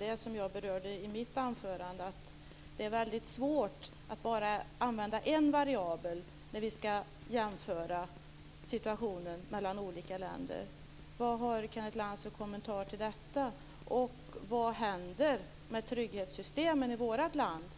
detta som jag berörde i mitt anförande - det är svårt att bara använda en variabel när vi ska jämföra situationen i olika länder. Vad har Kenneth Lantz för kommentar till detta? Och vad händer med trygghetssystemen i vårt land?